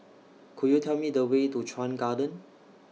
Could YOU Tell Me The Way to Chuan Garden